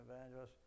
evangelists